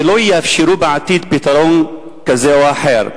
שלא יאפשרו בעתיד פתרון כזה או אחר.